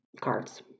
cards